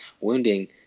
wounding